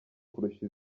kurusha